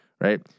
right